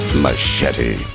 Machete